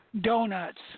Donuts